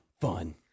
fun